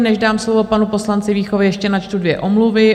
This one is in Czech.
Než dám slovo panu poslanci Víchovi, ještě načtu dvě omluvy.